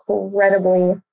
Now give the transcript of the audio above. Incredibly